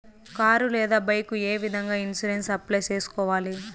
car లేదా bike ఏ విధంగా ఇన్సూరెన్సు అప్లై సేసుకోవాలి